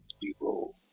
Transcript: People